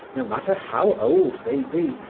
no matter how old they be,